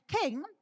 King